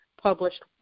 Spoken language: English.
published